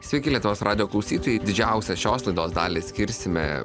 sveiki lietuvos radijo klausytojai didžiausią šios laidos dalį skirsime